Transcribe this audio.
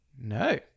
No